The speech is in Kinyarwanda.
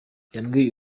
yambwiye